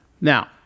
Now